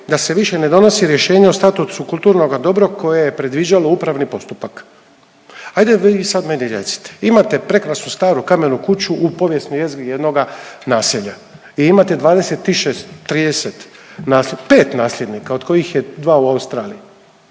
da se više ne donosi rješenje o statusu kulturnoga dobra koje je predviđalo upravni postupak. Ajde vi meni sada recite, imate prekrasnu staru kamenu kuću u povijesnoj jezgri jednoga naselja i imate 26, 30, pet nasljednika od kojih je dva u Australiji